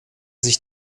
sich